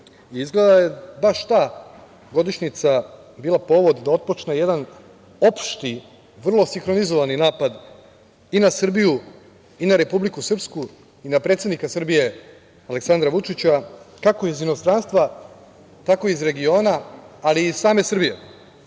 da je baš ta godišnjica bila povod da otpočne jedan opšti, vrlo sinhronizovani napad i na Srbiju, i na Republiku Srpsku, i na predsednika Srbije, Aleksandra Vučića, kako iz inostranstva, tako iz regiona, ali iz same Srbije.